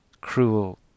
Cruel